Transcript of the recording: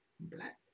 black